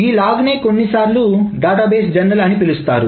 ఈ లాగ్ నే కొన్నిసార్లు డేటాబేస్ జర్నల్ అని పిలుస్తారు